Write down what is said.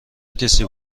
کسی